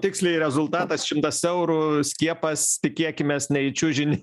tiksliai rezultatas šimtas eurų skiepas tikėkimės ne į čiužinį